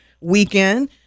weekend